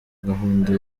gahunda